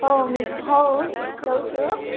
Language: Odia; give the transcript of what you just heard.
ହଉ ହଉ ଦଉଛୁ